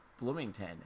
Bloomington